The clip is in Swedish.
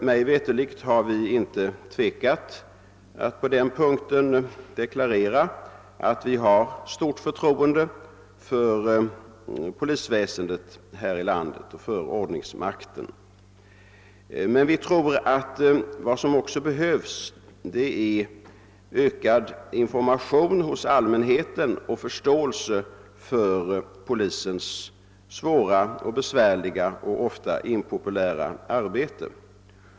Mig veterligt har vi inom regeringen inte tvekat att deklarera att vi hyser stort förtroende för polisväsendet och ordningsmakten här i landet. Men vi tror dock att det också behövs en ökad information hos allmänheten och en förståelse för polisens svåra, besvärliga och ofta impopulära arbete.